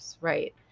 right